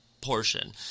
portion